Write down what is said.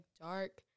dark